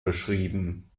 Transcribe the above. beschrieben